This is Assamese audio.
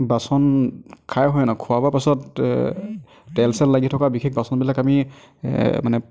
বাচন খাই হয় নাই খোৱা বোৱাৰ পাছত তেল চেল লাগি থকা বিশেষ বাচনবিলাক আমি মানে